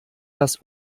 das